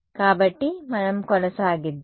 కాబట్టి మనం కొనసాగిద్దాం